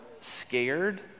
scared